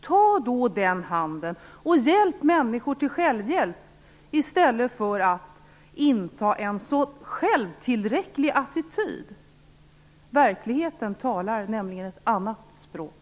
Ta då den handen och hjälp människor till självhjälp i stället för att inta en så självtillräcklig attityd. Verkligheten talar nämligen ett annat språk.